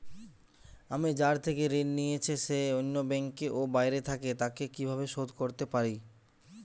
আমি যার থেকে ঋণ নিয়েছে সে অন্য ব্যাংকে ও বাইরে থাকে, তাকে কীভাবে শোধ করতে পারি?